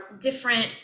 different